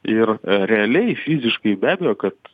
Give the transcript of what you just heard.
ir realiai fiziškai be abejo kad